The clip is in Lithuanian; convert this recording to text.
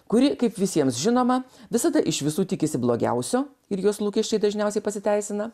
kuri kaip visiems žinoma visada iš visų tikisi blogiausio ir jos lūkesčiai dažniausiai pasiteisina